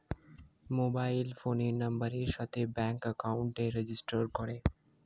mobile ফোনের নাম্বারের সাথে ব্যাঙ্ক একাউন্টকে রেজিস্টার করে